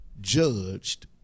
judged